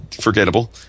forgettable